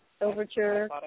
Overture